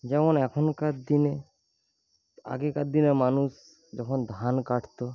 যেমন এখনকার দিনে আগেকার দিনে মানুষ যখন ধান কাটতো